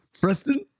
Preston